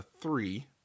three